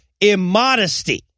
immodesty